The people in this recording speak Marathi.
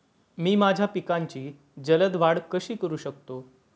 मी माझ्या पिकांची जलद वाढ कशी करू शकतो?